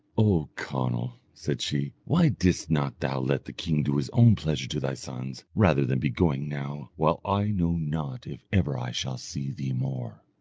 o conall, said she, why didst not thou let the king do his own pleasure to thy sons, rather than be going now, while i know not if ever i shall see thee more?